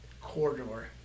corridor